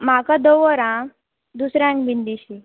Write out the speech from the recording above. म्हाका दवर आं दुसऱ्यांक बीन दिवशी